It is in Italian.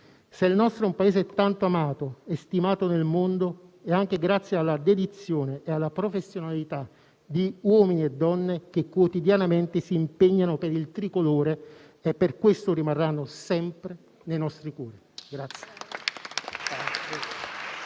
Se il nostro è un Paese tanto amato e stimato nel mondo è anche grazie alla dedizione e alla professionalità di uomini e donne che quotidianamente si impegnano per il tricolore e per questo rimarranno sempre nei nostri cuori.